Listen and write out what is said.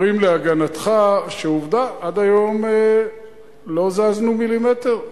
אומרים להגנתך שעובדה, עד היום לא זזנו מילימטר.